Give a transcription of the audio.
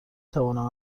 توانم